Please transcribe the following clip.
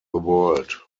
world